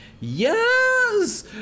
Yes